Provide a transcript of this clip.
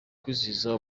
kwizihiza